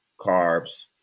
Carbs